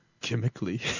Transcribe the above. Chemically